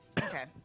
Okay